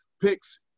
picks